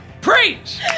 Preach